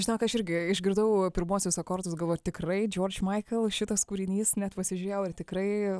žinok aš irgi išgirdau pirmuosius akordus galvoju tikrai džordž maikl šitas kūrinys net pasižiūrėjau ar tikrai